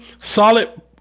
solid